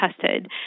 tested